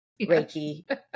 reiki